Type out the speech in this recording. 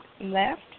left